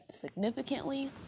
significantly